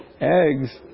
eggs